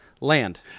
land